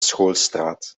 schoolstraat